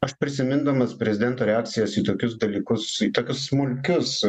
aš prisimindamas prezidento reakcijos į tokius dalykus įtaką smulkius